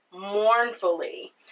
mournfully